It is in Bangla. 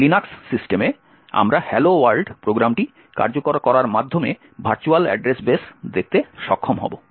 একটি লিনাক্স সিস্টেমে আমরা হ্যালো ওয়ার্ল্ড প্রোগ্রামটি কার্যকর করার মাধ্যমে ভার্চুয়াল ঠিকানা বেস দেখতে সক্ষম হব